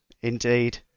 indeed